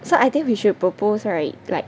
so I think we should propose right like